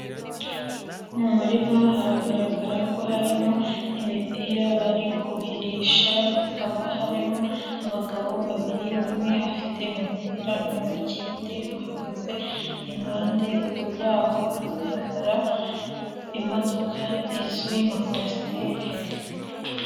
Mu murima haragaragara ko harimo imipira bari kuhirisha, hakaba harimo abagabo babiri umwe afite umupira mu ntoki undi amuhagaze impande, ruguru yaho haragaragara imodoka izwi nka kwasiteri.